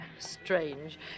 Strange